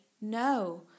no